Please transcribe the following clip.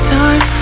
time